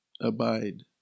abide